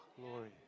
glory